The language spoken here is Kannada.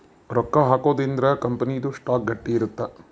ರೊಕ್ಕ ಹಾಕೊದ್ರೀಂದ ಕಂಪನಿ ದು ಸ್ಟಾಕ್ ಗಟ್ಟಿ ಇರುತ್ತ